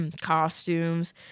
costumes